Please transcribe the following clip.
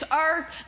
earth